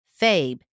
Fabe